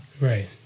Right